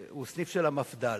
שהוא סניף של המפד"ל?